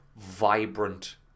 vibrant